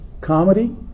comedy